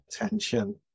attention